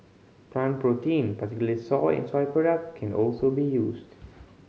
plant protein particularly soy and soy product can also be used